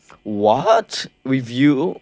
what with you